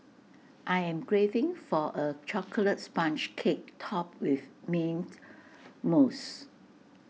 I am craving for A Chocolate Sponge Cake Topped with Mint Mousse